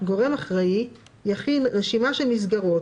גורם אחראי יכין רשימה של מסגרות,